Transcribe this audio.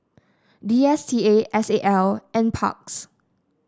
D S T A S A L NParks